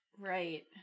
right